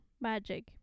magic